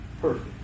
perfect